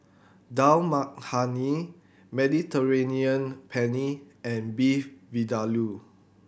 Dal Makhani Mediterranean Penne and Beef Vindaloo